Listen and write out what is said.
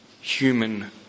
human